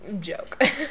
joke